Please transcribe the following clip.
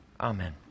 Amen